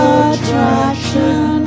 attraction